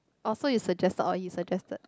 orh so you suggested or he suggested